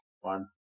One